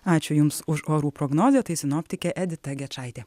ačiū jums už orų prognozę tai sinoptikė vita gečaitė